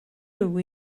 nhw